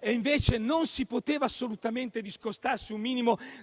e invece non ci si poteva assolutamente discostare